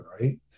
Right